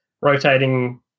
rotating